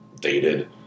dated